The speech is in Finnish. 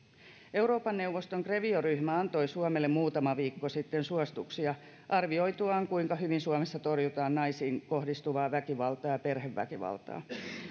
euroopan neuvoston grevio ryhmä antoi suomelle muutama viikko sitten suosituksia arvioituaan kuinka hyvin suomessa torjutaan naisiin kohdistuvaa väkivaltaa ja perheväkivaltaa